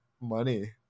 money